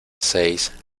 seis